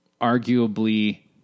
arguably